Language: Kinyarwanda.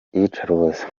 iyicarubozo